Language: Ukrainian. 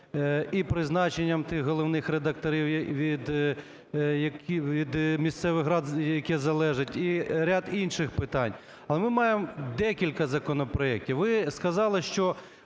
із призначенням тих головних редакторів від місцевих рад, які залежать, і ряд інших питань. Але ми маємо декілька законопроектів. Ви сказали, що